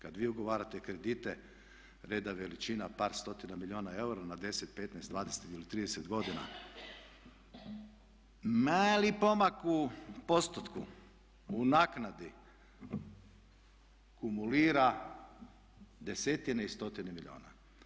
Kada vi ugovarate kredite reda veličina par stotina milijuna eura na 10, 15, 20 ili 30 godina, mali pomak u postotku, u naknadi kumulira desetine i stotine milijuna.